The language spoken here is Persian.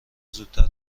زودتر